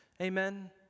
Amen